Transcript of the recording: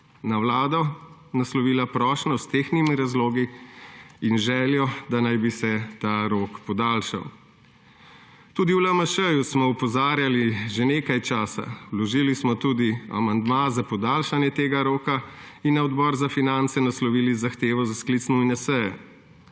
na Vlado naslovila prošnjo s tehtnimi razlogi in željo, da naj bi se ta rok podaljšal. Tudi v LMŠ smo opozarjali že nekaj časa, vložili smo tudi amandma za podaljšanje tega roka in na Odbor za finance naslovili zahtevo za sklic nujne seje.